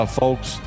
folks